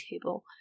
table